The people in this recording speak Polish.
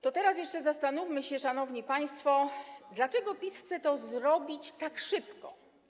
To teraz jeszcze zastanówmy się, szanowni państwo, dlaczego PiS chce to zrobić tak szybko.